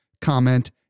comment